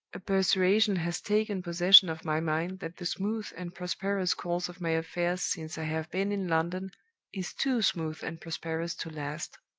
a persuasion has taken possession of my mind that the smooth and prosperous course of my affairs since i have been in london is too smooth and prosperous to last.